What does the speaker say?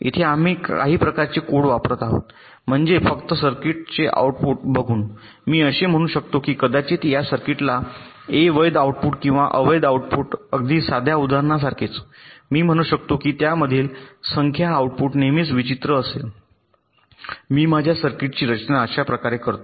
येथे आम्ही काही प्रकारचे कोड वापरत आहोत म्हणजे फक्त सर्किटचे आऊटपुट बघून मी असे म्हणू शकतो की या सर्किटला ए वैध आउटपुट किंवा अवैध आउटपुट अगदी साध्या उदाहरणासारखेच मी म्हणू शकतो की त्यामधील संख्या आउटपुट नेहमीच विचित्र असेल मी माझ्या सर्किटची रचना अशा प्रकारे करतो